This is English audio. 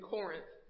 Corinth